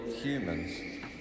humans